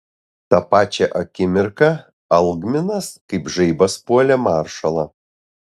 tą pačią akimirką algminas kaip žaibas puolė maršalą